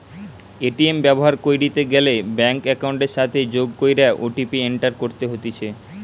ATM ব্যবহার কইরিতে গ্যালে ব্যাঙ্ক একাউন্টের সাথে যোগ কইরে ও.টি.পি এন্টার করতে হতিছে